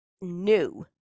new